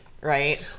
right